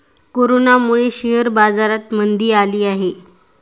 कोरोनामुळे शेअर बाजारात मंदी आली आहे